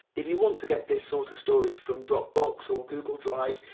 if you want to get this sort of storage from dropbox or google drive,